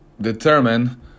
determine